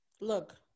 Look